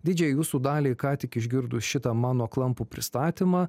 didžiajai jūsų daliai ką tik išgirdus šitą mano klampų pristatymą